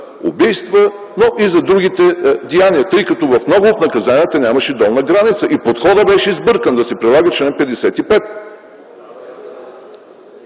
убийства, но и за другите деяния, тъй като в много от наказанията нямаше долна граница. И подходът беше сбъркан - да се прилага чл. 55.